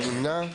מי נמנע?